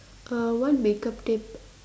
uh one make up tip